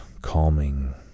Calming